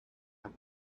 have